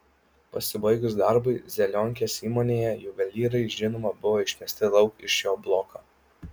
pasibaigus darbui zelionkės įmonėje juvelyrai žinoma buvo išmesti lauk iš jo bloko